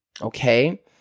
okay